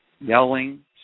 yelling